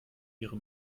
wäre